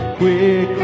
quick